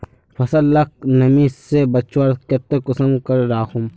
फसल लाक नमी से बचवार केते कुंसम करे राखुम?